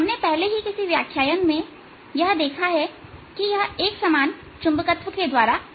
हमने पहले ही किसी व्याख्यान में यह देखना है कि यह एक समान चुंबकत्व के द्वारा किया जाता है